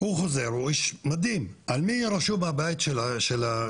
הוא חוזר, הוא איש מדים, על מי רשום הבית שלו?